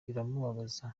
biramubabaza